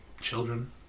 children